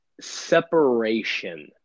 separation